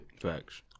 Facts